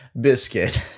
Biscuit